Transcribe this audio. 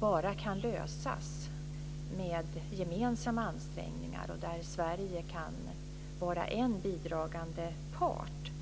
bara kan lösas med gemensamma ansträngningar, där Sverige kan vara en bidragande part.